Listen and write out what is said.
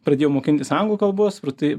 pradėjau mokintis anglų kalbos ir tai